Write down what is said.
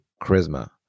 charisma